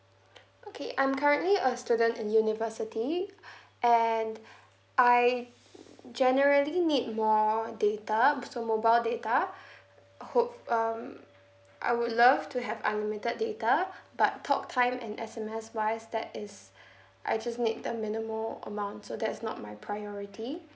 okay I'm currently a student in university and I generally need more data so mobile data hope um I would love to have unlimited data but talk time and S_M_S wise that is I just need the minimal amount so that's not my priority